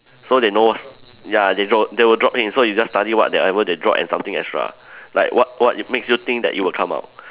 so they knows what's ya they drop they will drop hints so you just study whatever they drop and something extra like what what it makes you think that it will come out